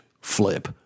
flip